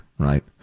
Right